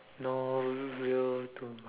no real to mah